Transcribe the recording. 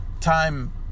time